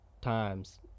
times